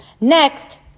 Next